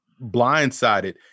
blindsided